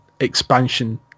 expansion